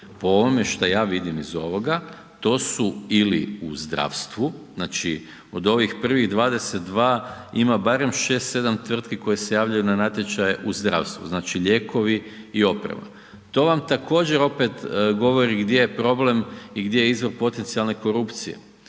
po ovome šta ja vidim iz ovoga, to su ili u zdravstvu, znači od ovih prvih 22, ima barem 6, 7 tvrtki koje se javljaju na natječaje u zdravstvu, znači lijekovi i oprema. To vam također opet govori gdje je problem i gdje je izvor potencijalne korupcije.